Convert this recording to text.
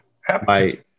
Happy